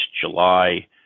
July